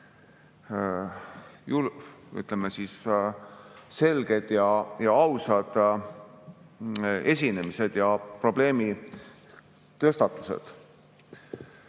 väga, ütleme, selged ja ausad esinemised ja probleemitõstatused.